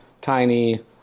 tiny